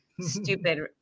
stupid